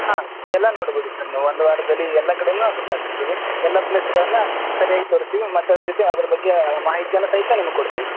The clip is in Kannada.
ಹಾಂ ಎಲ್ಲಾ ನೋಡ್ಬೋದು ಸರ್ ನೀವು ಒಂದು ವಾರದಲ್ಲಿ ಎಲ್ಲ ಕಡೆನು ಸುತ್ತಾಕಿಸ್ತೀನಿ ಎಲ್ಲ ಪ್ಲೇಸ್ಗಳನ್ನ ಸರಿಯಾಗಿ ತೋರಿಸ್ತೀವಿ ಮತ್ತೆ ಅದ್ರ ಜೊತೆ ಅದ್ರ ಬಗ್ಗೆಯ ಮಾಹಿತಿಯನ್ನು ಸಹಿತ ನಿಮ್ಗೆ ಕೊಡ್ತಿವಿ